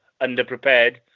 underprepared